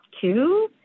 two